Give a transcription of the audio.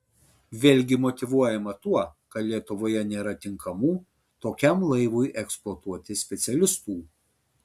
vėlgi motyvuojama tuo kad lietuvoje nėra tinkamų tokiam laivui eksploatuoti specialistų